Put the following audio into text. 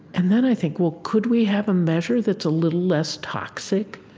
and then i think, well, could we have a measure that's a little less toxic?